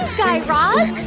guy raz. and